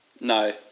No